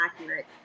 accurate